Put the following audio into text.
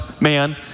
man